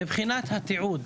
מבחינת התיעוד,